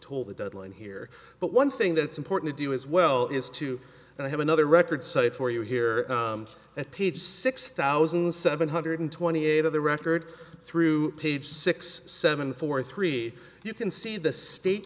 toll the deadline here but one thing that's important to do as well is to and i have another record cited for you here at page six thousand seven hundred twenty eight of the record through page six seven four three you can see the state